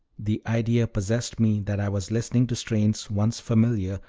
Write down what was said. the idea possessed me that i was listening to strains once familiar,